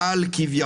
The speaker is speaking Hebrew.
וכבר